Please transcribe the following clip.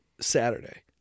Saturday